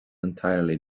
entirely